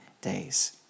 days